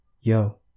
Yo